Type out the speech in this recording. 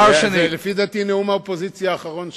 לפי דעתי זה נאום האופוזיציה האחרון שלך.